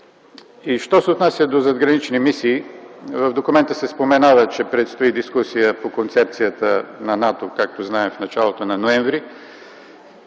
И що се отнася до задгранични мисии, в документа се споменава, че предстои дискусия по концепцията на НАТО, както знаем, в началото на м. ноември.